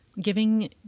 Giving